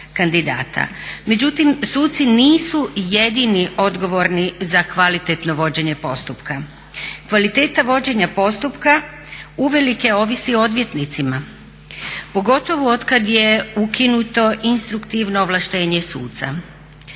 Međutim, suci nisu jedini odgovorni za kvalitetno vođenje postupka, kvaliteta vođenja postupka uvelike ovisi o odvjetnicima, pogotovo otkad je ukinuto instruktivno ovlaštenje suca.